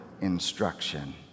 instruction